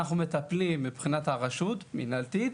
אנחנו מטפלים בנושא מבחינת הרשות מנהלתית.